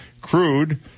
Crude